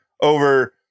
over